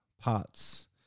parts